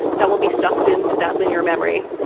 that will be stuffed into that linear memory.